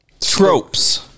Tropes